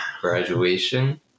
Graduation